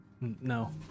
No